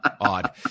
odd